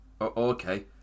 okay